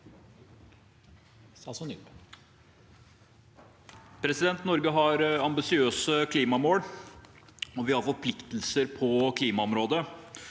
Norge har ambisiøse klimamål, og vi har forpliktelser på klimaområdet.